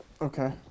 Okay